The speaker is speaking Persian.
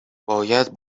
باید